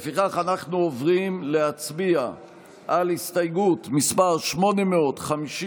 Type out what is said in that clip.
לפיכך אנחנו עוברים להצביע על הסתייגות מס' 855,